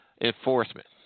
enforcement